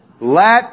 Let